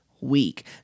week